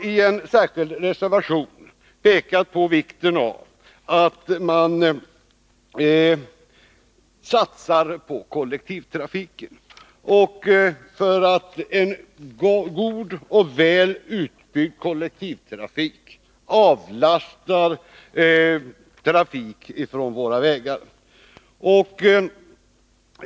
I en särskild reservation har vi pekat på vikten av att man satsar på kollektivtrafiken. En god och väl utbyggd kollektivtrafik avlastar trafik från våra vägar.